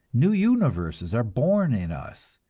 new universes are born in us,